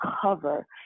cover